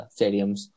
stadiums